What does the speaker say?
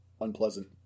unpleasant